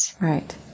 right